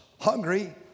hungry